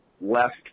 left